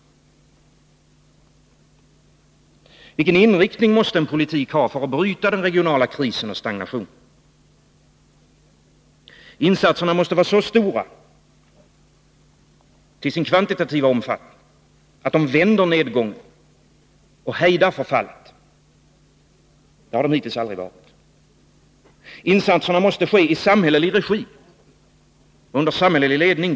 Vilken inriktning måste en politik ha för att den regionala krisen och stagnationen skall kunna brytas? Insatserna måste vara av den kvantitativa omfattningen att de vänder nedgången och hejdar förfallet. Det har de hittills aldrig varit. Insatserna måste ske i samhällelig regi, under samhällelig ledning.